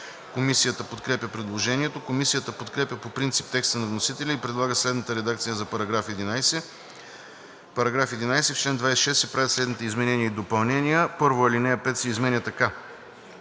Комисията подкрепя предложението. Комисията подкрепя по принцип текста на вносителя и предлага следната редакция за § 11: „§ 11. В чл. 26 се правят следните изменения и допълнения: 1. Алинея 5 се изменя така: